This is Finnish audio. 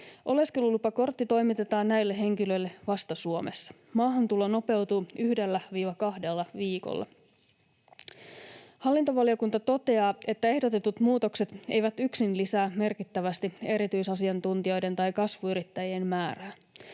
Oleskelulupakortti toimitetaan näille henkilöille vasta Suomessa. Maahantulo nopeutuu 1—2 viikolla. Hallintovaliokunta toteaa, että ehdotetut muutokset eivät yksin lisää merkittävästi eri-tyisasiantuntijoiden tai kasvuyrittäjien määrää.